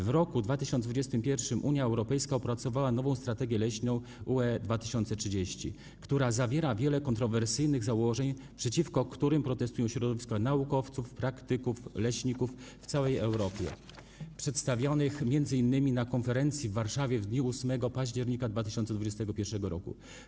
W roku 2021 Unia Europejska opracowała nową strategię leśną UE 2030, która zawiera wiele kontrowersyjnych założeń, przeciwko którym protestują środowiska naukowców, praktyków, leśników w całej Europie, przedstawionych m.in. na konferencji w Warszawie w dniu 8 października 2021 r.